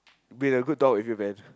been a good talk with you man